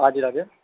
हजुर हजुर